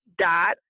dot